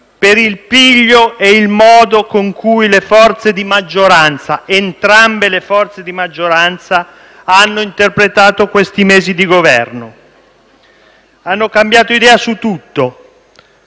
per il piglio e il modo con cui entrambe le forze di maggioranza hanno interpretato questi mesi di Governo. Hanno cambiato idea su tutto,